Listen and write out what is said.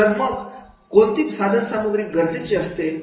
तर मग कोणती साधनसामुग्री गरजेचे असते